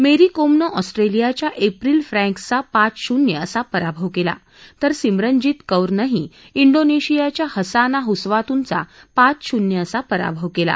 मेरी कोमनं ऑस्ट्रेलियाच्या एप्रिल फ्रॅंक्सचा पाच शून्य असा पराभव केला तर सिम्रनजीत कौरनंही इंडोनेशियाच्या हसाना हुसवातूनचा पाच शून्य असा पराभव केला